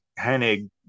hennig